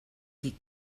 qui